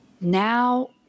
Now